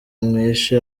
mwishe